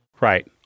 Right